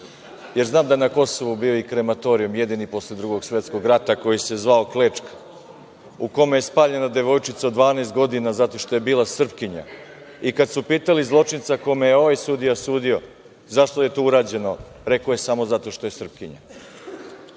jer znam da je na Kosovu bio i krematorijum, jedini posle Drugog svetskog rata, koji se zvao Klečka, u kome je spaljena devojčica od 12 godina zato što je bila Srpkinja. Kada su pitali zločinca kome je ovaj sudija sudio zašto je to urađeno, rekao je samo zato što je Srpkinja.